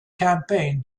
campaign